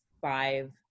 five